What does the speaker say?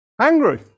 Angry